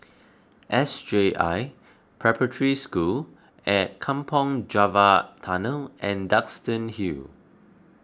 S J I Preparatory School Kampong Java Tunnel and Duxton Hill